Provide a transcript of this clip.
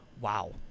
Wow